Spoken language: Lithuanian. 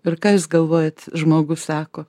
ir ką jūs galvojat žmogus sako